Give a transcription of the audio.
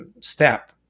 step